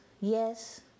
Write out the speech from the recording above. Yes